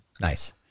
Nice